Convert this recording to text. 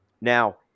Now